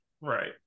right